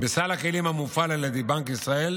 בסל הכלים המופעל על ידי בנק ישראל